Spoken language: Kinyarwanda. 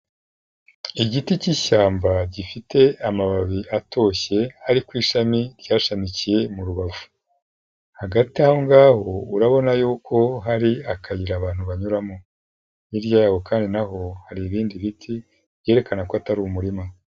Igiti cy'ishyamba gifite amababi atoshye, ari ku ishami ryashamikiye mu rubavu, hagati aho ngaho urabona yuko hari akayira abantu banyuramo, hirya yawo kandi n'aho hari ibindi biti byerekana ko atari umurima.